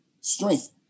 strength